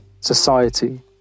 society